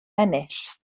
ennill